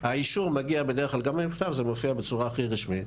האישור מגיע בדרך כלל גם --- זה מופיע בצורה הכי רשמית,